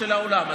של האולם.